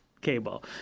cable